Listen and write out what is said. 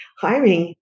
hiring